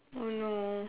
oh no